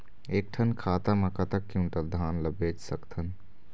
एक ठन खाता मा कतक क्विंटल धान ला बेच सकथन?